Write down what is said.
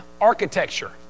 architecture